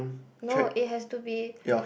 no it has to be